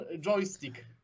joystick